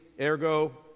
ergo